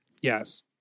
Yes